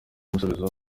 umusubizo